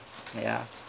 ya